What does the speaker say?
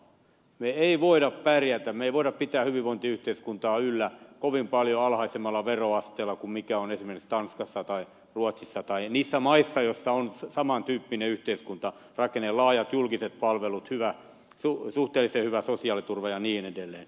me emme voi pärjätä me emme voi pitää hyvinvointiyhteiskuntaa yllä kovin paljon alhaisemmalla veroasteella kuin on esimerkiksi tanskassa tai ruotsissa tai niissä maissa joissa on samantyyppinen yhteiskuntarakenne ja laajat julkiset palvelut suhteellisen hyvä sosiaaliturva ja niin edelleen